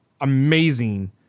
amazing